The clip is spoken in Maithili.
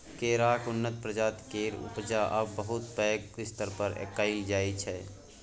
केराक उन्नत प्रजाति केर उपजा आब बहुत पैघ स्तर पर कएल जाइ छै